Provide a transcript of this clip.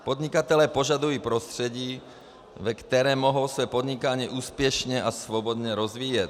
Podnikatelé požadují prostředí, ve kterém mohou své podnikání úspěšně a svobodně rozvíjet.